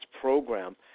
program